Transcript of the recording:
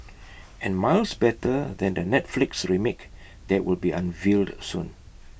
and miles better than the Netflix remake that will be unveiled soon